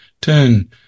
turn